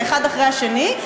והאחד אחרי השני.